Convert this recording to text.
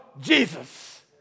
Jesus